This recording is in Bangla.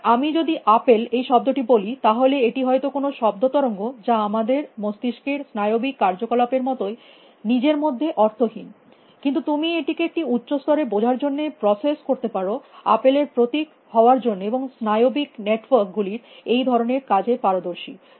সুতরাং আমি যদি আপেল এই শব্দটি বলি তাহলে এটি হয়ত কোনো শব্দ তরঙ্গ যা আমাদের মস্তিস্কের স্নায়বিক কার্যকলাপের মতই নিজের মধ্যে অর্থ হীন কিন্তু তুমি এটিকে একটি উচ্চ স্তরে বোঝার জন্য প্রসেস করতে পারো আপেল এর প্রতীক হওয়ার জন্য এবং স্নায়বিক নেটওয়ার্ক গুলি এই ধরনের কাজ এ পারদর্শী